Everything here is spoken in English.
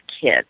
kids